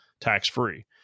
tax-free